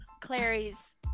Clary's